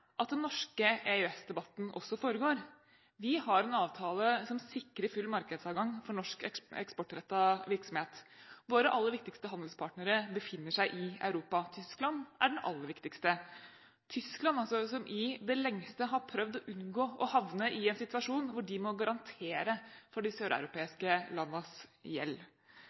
at den norske EØS-debatten også foregår. Vi har en avtale som sikrer full markedsadgang for norsk eksportrettet virksomhet. Våre aller viktigste handelspartnere befinner seg i Europa. Tyskland er den aller viktigste. Tyskland har i det lengste prøvd å unngå å havne i en situasjon hvor de må garantere for de søreuropeiske landenes gjeld,